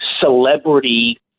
celebrity